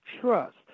trust